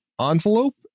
envelope